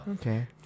Okay